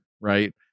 right